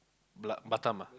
ba~ Batam ah